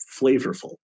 flavorful